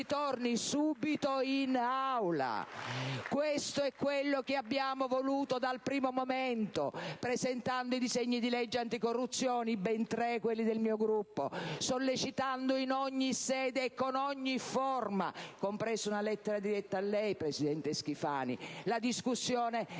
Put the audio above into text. Questo è quello che abbiamo voluto dal primo momento, presentando i disegni di legge anticorruzione (ben tre sono quelli del mio Gruppo), sollecitando in ogni sede e con ogni forma - compresa una lettera diretta a lei, presidente Schifani - la discussione